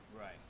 Right